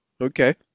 Okay